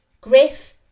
Griff